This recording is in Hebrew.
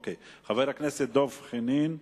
חבר הכנסת דב חנין,